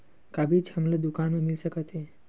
का बीज हमला दुकान म मिल सकत हे?